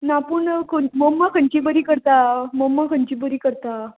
ना पूण खं मम्मा खंयची बरी करता मम्मा खंयची बरी करता